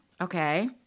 okay